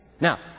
Now